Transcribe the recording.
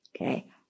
Okay